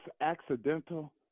accidental